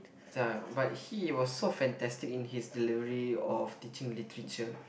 ya but he was so fantastic in his delivery of teaching literature